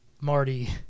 Marty